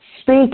Speak